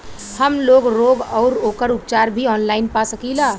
हमलोग रोग अउर ओकर उपचार भी ऑनलाइन पा सकीला?